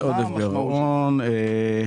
מה המשמעות?